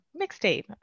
mixtape